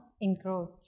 encroach